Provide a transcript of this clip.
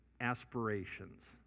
aspirations